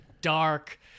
dark